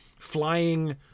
Flying